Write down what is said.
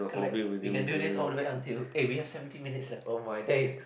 correct we can do this all the way until eh we have seventeen minutes left oh my day